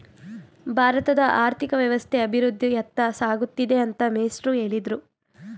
ಭಾರತದ ಆರ್ಥಿಕ ವ್ಯವಸ್ಥೆ ಅಭಿವೃದ್ಧಿಯತ್ತ ಸಾಗುತ್ತಿದೆ ಅಂತ ಮೇಷ್ಟ್ರು ಹೇಳಿದ್ರು